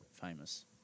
famous